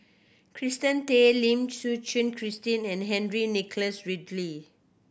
Kirsten Tan Lim Suchen Christine and Henry Nicholas Ridley